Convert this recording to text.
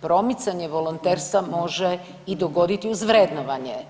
promicanje volonterstva može i dogoditi uz vrednovanje.